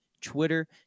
Twitter